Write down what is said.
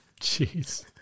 Jeez